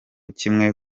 kimwe